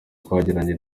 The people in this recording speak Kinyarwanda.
twagiranye